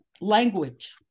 language